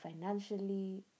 financially